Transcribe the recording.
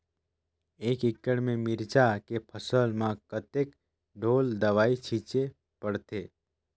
एक एकड़ के मिरचा के फसल म कतेक ढोल दवई छीचे पड़थे?